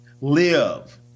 live